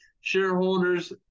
shareholders